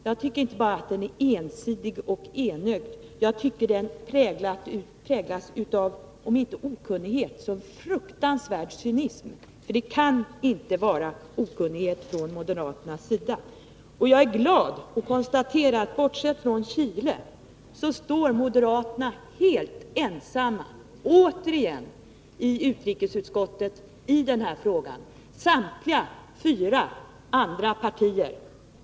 Jag tycker att den dessutom präglas av om inte okunnighet så i varje fall en fruktansvärd cynism — för det kan inte vara fråga om okunnighet från moderaternas sida. Jag är glad att kunna konstatera att moderaterna i denna fråga — bortsett från Chile — återigen står helt ensamma i utrikesutskottet. Ni brukar tala om de fyra demokratiska partierna.